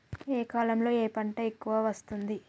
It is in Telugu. ఏ కాలంలో ఏ పంట ఎక్కువ వస్తోంది?